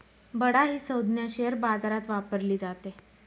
बडा ही संज्ञा शेअर बाजारात वापरली जाते